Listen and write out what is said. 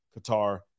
Qatar